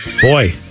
Boy